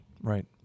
Right